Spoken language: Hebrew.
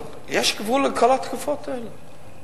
אבל יש גבול לכל ההתקפות האלה.